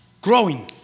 growing